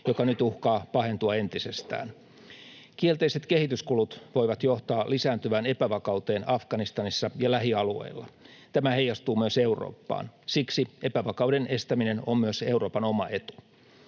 joka nyt uhkaa pahentua entisestään. Kielteiset kehityskulut voivat johtaa lisääntyvään epävakauteen Afganistanissa ja lähialueilla. Tämä heijastuu myös Eurooppaan. Siksi epävakauden estäminen on myös Euroopan oma etu.